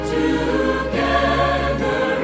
together